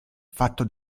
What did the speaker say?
fatto